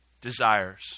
desires